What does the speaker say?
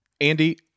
Andy